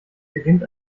beginnt